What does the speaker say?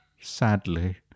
sadly